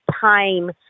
time